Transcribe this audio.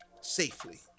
safely